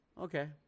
okay